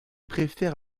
préfère